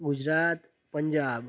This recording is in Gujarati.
ગુજરાત પંજાબ